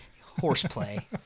Horseplay